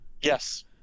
Yes